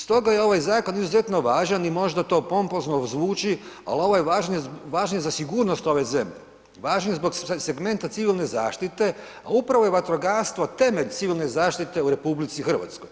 Stoga je ovaj zakon izuzetno važan i možda to pompozno zvuči ali ovo je važnije za sigurnost ove zemlje, važnije zbog segmenta civilne zaštite a upravo je vatrogastvo temelj civilne zaštite u RH.